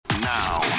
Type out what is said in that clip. Now